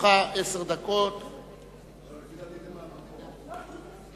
בקריאה טרומית ותועבר לוועדת הפנים והשמירה על